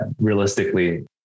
realistically